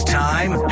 time